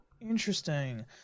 interesting